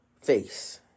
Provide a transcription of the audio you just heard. face